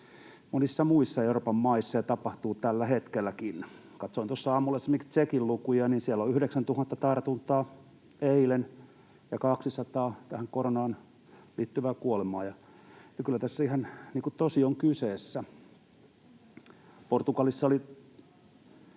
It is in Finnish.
monissa muissa Euroopan maissa ja tapahtuu tällä hetkelläkin, niin kun katsoin tuossa aamulla esimerkiksi Tšekin lukuja, niin siellä oli 9 000 tartuntaa eilen ja 200 koronaan liittyvää kuolemaa. Kyllä tässä ihan tosi on kyseessä. Portugalissa oli